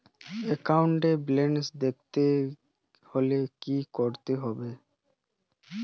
একাউন্টের ব্যালান্স দেখতে হলে কি করতে হবে?